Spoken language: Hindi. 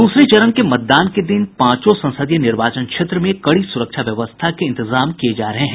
द्रसरे चरण के मतदान के दिन पांचों संसदीय निर्वाचन क्षेत्र में कड़ी सुरक्षा व्यवस्था के इंतजाम किये जा रहे हैं